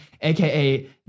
aka